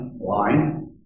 line